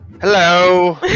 Hello